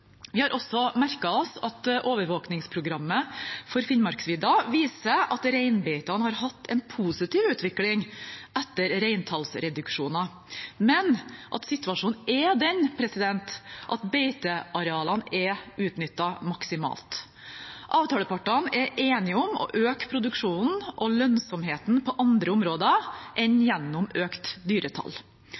Vi har merket oss at overvåkningsprogrammet for Finnmarksvidda viser at reinbeitene har hatt en positiv utvikling etter reintallsreduksjoner, men at situasjonen er at beitearealene er utnyttet maksimalt. Avtalepartene er enige om å øke produksjonen og lønnsomheten på andre områder enn gjennom økt dyretall.